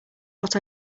what